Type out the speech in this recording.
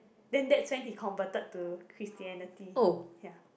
then that's when he converted to Christianity ya